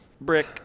Brick